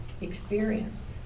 experience